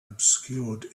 obscured